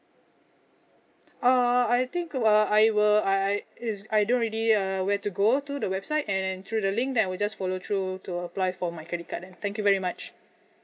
uh I think uh I will I I it's I don't really uh where to go to the website and through the link then I will just follow through to apply for my credit card then thank you very much